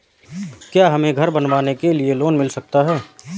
क्या हमें घर बनवाने के लिए लोन मिल सकता है?